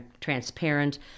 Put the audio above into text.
transparent